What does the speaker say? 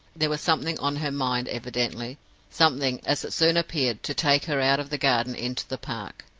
there was something on her mind, evidently something, as it soon appeared, to take her out of the garden into the park.